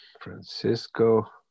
Francisco